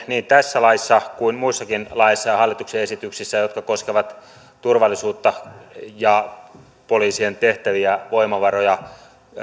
niin tässä laissa kuin muissakin laeissa ja hallituksen esityksissä jotka koskevat turvallisuutta ja poliisien tehtäviä voimavaroja